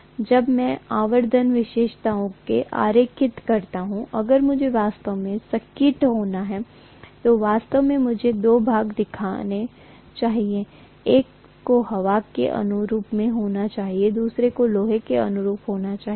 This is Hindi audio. जब मैं आवर्धन विशेषताओं को आरेखित करता हूं अगर मुझे वास्तव में सटीक होना है तो वास्तव में मुझे दो भाग दिखाने चाहिए एक को हवा के अनुरूप होना चाहिए दूसरे को लोहे के अनुरूप होना चाहिए